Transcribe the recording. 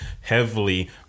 heavily